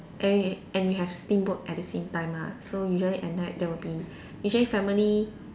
and and you have steamboat at the same time lah so usually at night there will be usually family